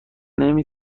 نمی